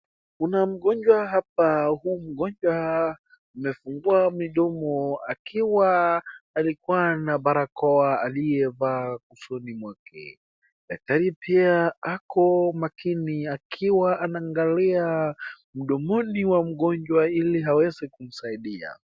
Kuna mgonjwa hapa. Huyu mgonjwa amefungua midomo akiwa alikuwa na barakoa aliyevaa usoni mwake. Daktari pia ako makini akiwa anaangalia mdomoni wa mgonjwa ili aweze kumsaidia.